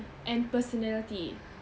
and personality